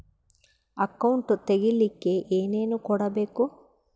Account ತೆಗಿಲಿಕ್ಕೆ ಏನೇನು ಕೊಡಬೇಕು?